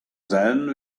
then